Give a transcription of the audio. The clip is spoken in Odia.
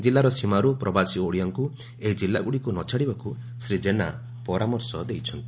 ଜିଲ୍ଲାର ସୀମାରୁ ପ୍ରବାସୀ ଓଡ଼ିଆଙ୍କୁ ଏହି ଜିଲ୍ଲାଗୁଡ଼ିକୁ ନଛାଡ଼ିବାକୁ ଶ୍ରୀ ଜେନା ପରାମର୍ଶ ଦେଇଛନ୍ତି